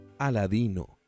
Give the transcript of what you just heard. Aladino